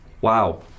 Wow